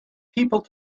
people